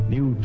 New